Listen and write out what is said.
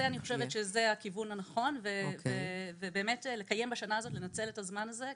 אני חושבת שזה הכיוון הנכון ולנצל את הזמן הזה,